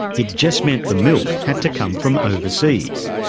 it just meant the milk had to come from overseas.